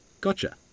Gotcha